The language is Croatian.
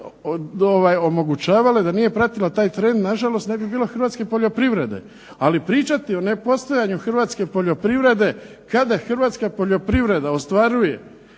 omogućavale, da nije pratila taj trend na žalost ne bi bilo Hrvatske poljoprivrede. Ali pričati o nepostojanju Hrvatske poljoprivrede, kada Hrvatska poljoprivreda ostvaruje